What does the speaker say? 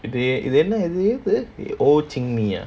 they இதென்ன இது:idhenna idhu the ho ching ni ah